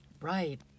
Right